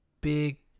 big